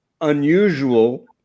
unusual